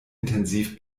intensiv